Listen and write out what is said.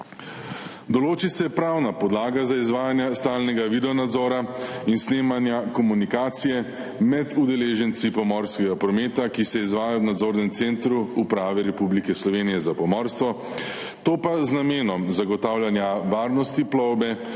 Določi se pravna podlaga za izvajanje stalnega videonadzora in snemanja komunikacije med udeleženci pomorskega prometa, ki se izvaja v nadzornem centru Uprave Republike Slovenije za pomorstvo, to pa z namenom zagotavljanja varnosti plovbe